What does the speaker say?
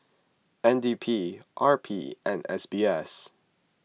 N D P R P and S B S